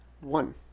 one